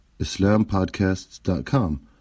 islampodcasts.com